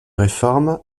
réforme